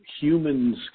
humans